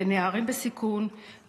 לנערים בסיכון,